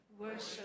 worship